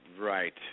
Right